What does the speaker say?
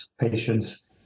patients